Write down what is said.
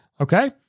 okay